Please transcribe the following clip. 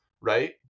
right